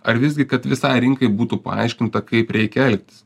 ar visgi kad visai rinkai būtų paaiškinta kaip reikia elgtis